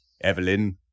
Evelyn